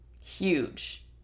Huge